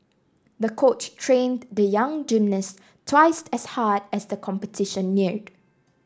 the coach trained the young gymnast twice as hard as the competition neared